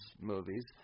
movies